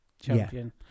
champion